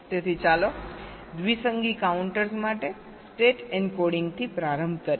તેથી ચાલો દ્વિસંગી કાઉન્ટર્સ માટે સ્ટેટ એન્કોડિંગ થી પ્રારંભ કરીએ